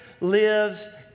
lives